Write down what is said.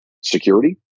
security